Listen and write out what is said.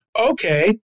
Okay